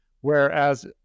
whereas